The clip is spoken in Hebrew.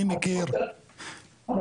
אני מכיר --- אדוני,